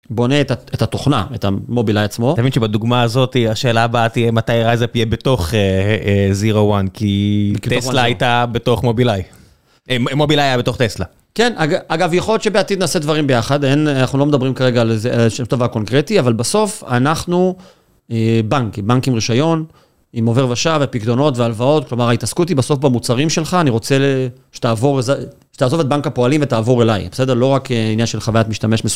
בונה את התוכנה, את המובילאיי עצמו. אתה מבין שבדוגמה הזאת השאלה הבאה תהיה, מתי רייזאפ יהיה בתוך זירו וואן? כי טסלה הייתה בתוך מובילאיי. מובילאיי היה בתוך טסלה. כן, אגב יכול להיות שבעתיד נעשה דברים ביחד, אנחנו לא מדברים כרגע על זה, אין דבר קונקרטי, אבל בסוף אנחנו, בנק, בנק עם רישיון, עם עובר ושב ופקדונות והלוואות, כלומר ההתעסקות היא בסוף במוצרים שלך, אני רוצה שתעבור, שתעזוב את בנק הפועלים ותעבור אליי, בסדר? לא רק עניין של חוויית משתמש